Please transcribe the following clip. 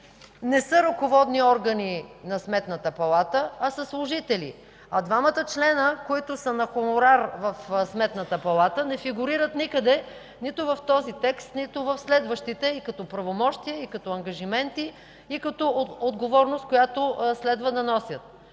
не са ръководни органи на Сметната палата, а са служители, а двамата члена, които са на хонорар в Сметната палата, не фигурират никъде – нито в този текст, нито в следващите и като правомощия, и като ангажименти, и като отговорност, която следва да носят.